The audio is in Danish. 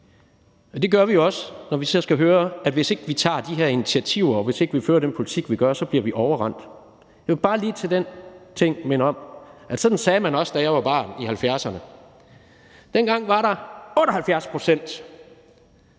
og det gør vi også, når vi så skal høre, at hvis ikke vi tager de her initiativer, og hvis ikke vi fører den politik, vi gør, så bliver vi overrendt. Jeg vil bare lige i forhold til den ting minde om, at sådan sagde man også, da jeg var barn i 1970'erne. Dengang var der 78 pct.